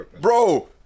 Bro